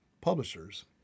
publishers